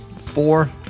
Four